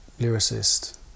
lyricist